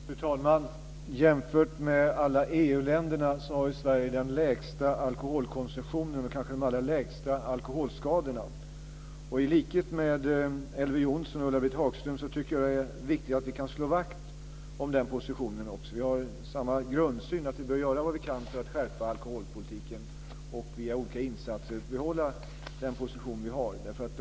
Fru talman! Jämfört med alla EU-länder har Sverige den lägsta alkoholkonsumtionen, och kanske också de allra minsta alkoholskadorna. I likhet med Elver Jonsson och Ulla-Britt Hagström tycker jag att det är viktigt att vi också kan slå vakt om den positionen. Vi har samma grundsyn på att vi behöver göra vad vi kan för att skärpa alkoholpolitiken. Olika insatser görs för att behålla den position som Sverige har.